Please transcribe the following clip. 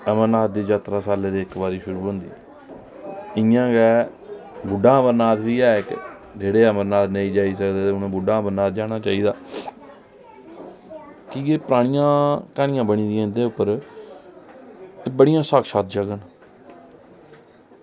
अमरनाथ दी जात्तरा सालै दी इक्क बारी शुरू होंदी इंया गै बुड्ढा अमरनाथ बी ऐ इक्क जेह्ड़े अमरनाथ नेईं जाई सकदे उनें बुड्ढा अमरनाथ जाई सकदे की के परानियां क्हानियां बनी दियां इंदे उप्पर एह् बड़ियां साक्षात जगह न